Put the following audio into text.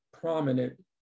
prominent